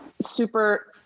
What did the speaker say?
super